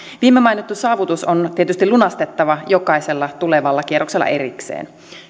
viime mainittu saavutus on tietysti lunastettava jokaisella tulevalla kierroksella erikseen